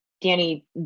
Danny